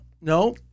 No